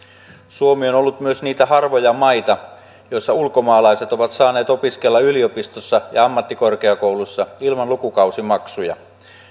suomi on ollut myös niitä harvoja maita joissa ulkomaalaiset ovat saaneet opiskella yliopistossa ja ammattikorkeakoulussa ilman lukukausimaksuja